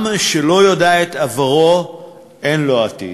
עם שלא יודע את עברו אין לו עתיד.